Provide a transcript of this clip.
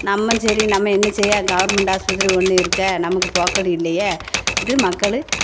நம்ம சரி நம்ம என்ன செய்ய கவர்மெண்ட் ஹாஸ்பத்திரி ஒன்று இருக்கே நமக்கு போக்கடி இல்லையே இது மக்கள்